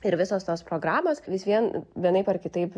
ir visos tos programos vis vien vienaip ar kitaip